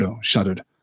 shuddered